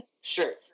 Sure